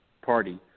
party